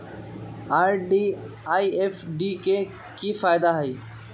RD आ FD के कि फायदा हई?